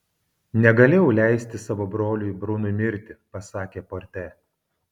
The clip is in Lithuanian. negalėjau leisti savo broliui brunui mirti pasakė porte